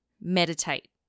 meditate